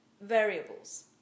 variables